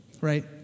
Right